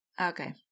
Okay